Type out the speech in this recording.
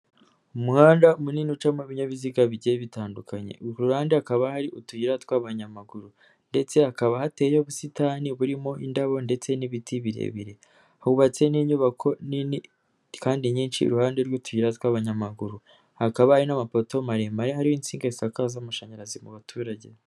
umuhanda munini ucamo ibinyabiziga bigiye bitandukanye. Ku ruhande hakaba hari utuyira tw'abanyamaguru ndetse hakaba hateyeho ubusitani burimo indabo ndetse n'ibiti birebire. Hubatse n'inyubako nini kandi nyinshi iruhande rw'utuyira tw'abanyamaguru. Hakaba hari n'amapoto maremare hariho insinga zisakaza amashanyarazi mu baturage.